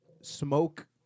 smoke